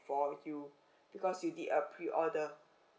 for you because you did a order